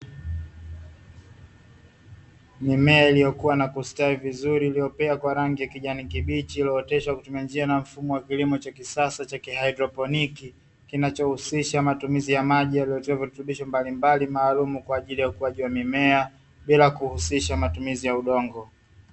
Mimea iliyokua na kustawi iliyopea kwa rangi ya kijani kibichi, iliyooteshwa kutumia njia na mfumo wa kilimo cha kisasa haidroponi, kinachohusisha matumizi ya maji yaliotiwa virutubisho mbalimbali maalum kwa ajili ukuaji wa mimea bila kuhusisha matumizi ya udongo.